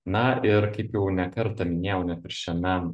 na ir kaip jau ne kartą minėjau net ir šiame